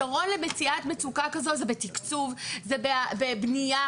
הפתרון למציאת מצוקה כזאת זה בתקצוב, זה בבנייה.